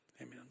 Amen